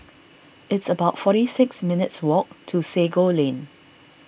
it's about forty six minutes' walk to Sago Lane